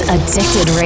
Addicted